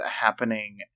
happening